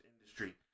industry